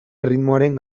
erritmoaren